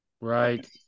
Right